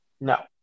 No